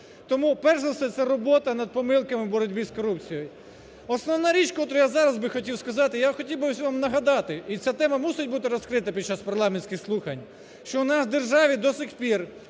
Тому, перш за все це робота над помилками боротьби з корупцією. Основна річ, котра я зараз би хотів сказати, я хотів би вам нагадати і ця тема мусить бути розкрита під час парламентських слухань, що у нас в державі до цих пір,